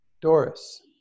Doris